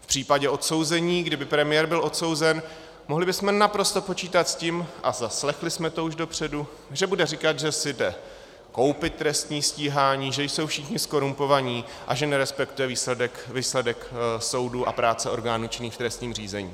V případě odsouzení, kdyby premiér byl odsouzen, mohli bychom naprosto počítat s tím, a zaslechli jsme to už dopředu, že bude říkat, že si jde koupit trestní stíhání, že jsou všichni zkorumpovaní a že nerespektuje výsledek soudu a práce orgánů činných v trestním řízení.